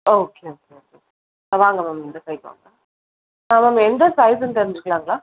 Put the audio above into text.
okay ma'am okay okay வாங்க ma'am இந்த side வாங்க ஆ மேம் எந்த சைஸ்ஸுன்னு தெரிஞ்சுக்கிலாங்களா